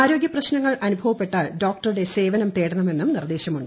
ആരോഗ്യപ്രശ്നങ്ങൾ അനുഭവപ്പെട്ടാൽ ഡോക്ടറുടെ സേവനം തേടണമെന്നും നിർദ്ദേശമുണ്ട്